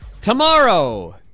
Tomorrow